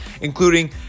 including